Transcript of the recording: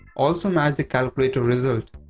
also matched the calculator result.